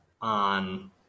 on